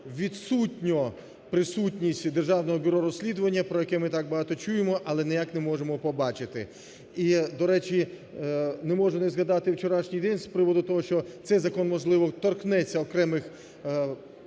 відсутня присутність Державного бюро розслідування, про яке ми так багато чуємо, але ніяк не можемо побачити. І, до речі, не можу не згадати вчорашній день з приводу того, що цей закон, можливо, торкнеться окремих наших